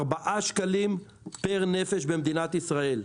ארבעה שקלים פר נפש במדינת ישראל,